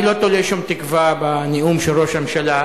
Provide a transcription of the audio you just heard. אני לא תולה שום תקווה בנאום של ראש הממשלה.